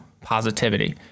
positivity